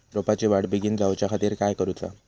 रोपाची वाढ बिगीन जाऊच्या खातीर काय करुचा?